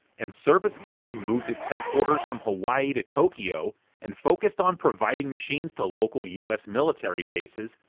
and service games moved its headquarters from hawaii to tokyo and focussed on providing machines to local us military bases,